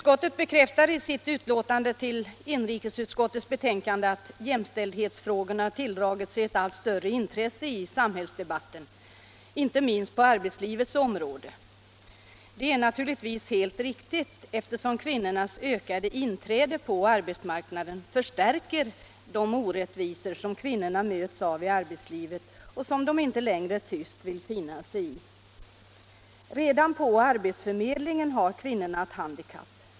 Herr talman! I sitt betänkande bekräftar inrikesutskottet att jämställdhetsfrågorna har tilldragit sig ett allt större intresse i samhällsdebatten, inte minst på arbetslivets område. Det är naturligtvis helt riktigt, eftersom kvinnornas ökade inträde på arbetsmarknaden förstärker de orättvisor som kvinnorna möts av i arbetslivet och som de inte längre tyst vill finna sig i. Redan på arbetsförmedlingen har kvinnorna ett handikapp.